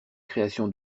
création